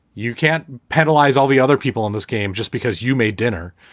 you can't penalize all the other people in this game just because you made dinner.